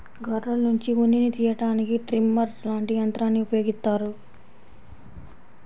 గొర్రెల్నుంచి ఉన్నిని తియ్యడానికి ట్రిమ్మర్ లాంటి యంత్రాల్ని ఉపయోగిత్తారు